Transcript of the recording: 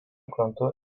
krantu